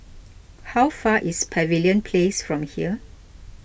how far away is Pavilion Place from here